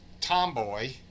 tomboy